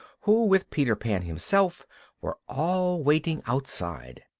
who with peter pan himself were all waiting outside.